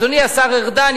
אדוני השר ארדן,